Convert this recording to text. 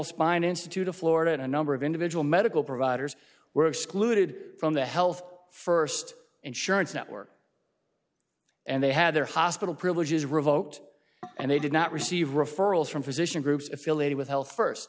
spine institute of florida and a number of individual medical providers were excluded from the health first insurance network and they had their hospital privileges revote and they did not receive referrals from physician groups affiliated with health first